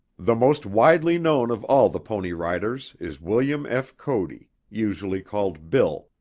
the most widely known of all the pony riders is william f. cody usually called bill,